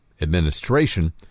administration